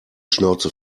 schnauze